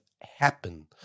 happen